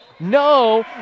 No